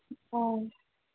ꯑ